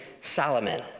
Solomon